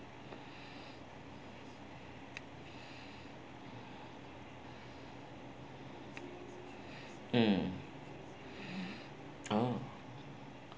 mm oh